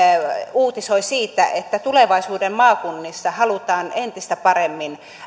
uutisoi siitä että tulevaisuuden maakunnissa halutaan entistä paremmin